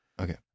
Okay